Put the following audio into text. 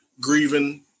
grieving